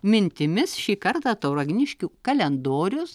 mintimis šį kartą tauragniškių kalendorius